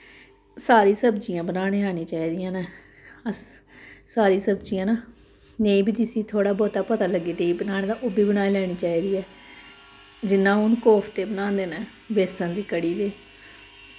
सारी सब्जियां बनान्ने आनी चाहिदियां न अस सारी सब्जियां ना नेईं बी जिस्सी थोह्ड़ा बौह्ता पता लग्गे ते ओह् बी बनाई लैनी चाहिदी ऐ जि'यां हून कोफते बनांदे न बेसन दी कढ़ी दे